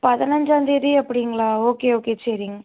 பதினஞ்சாம்தேதி அப்படிங்களா okay okay சரிங்க